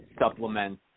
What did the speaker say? supplements